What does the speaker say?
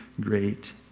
great